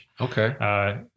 Okay